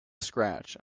scratch